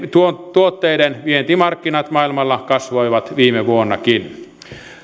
tuotteiden vientimarkkinat maailmalla kasvoivat viime vuonnakin